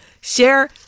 share